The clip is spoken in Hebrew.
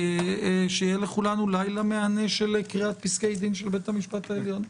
שיהיה לכולנו לילה מהנה של קריאת פסקי דין של בית המשפט העליון.